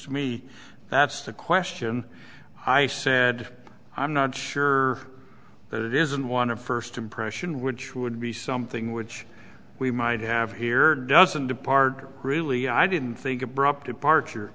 to me that's a question i said i'm not sure that isn't one of first impression which would be something which we might have here doesn't depart really i didn't think abrupt departure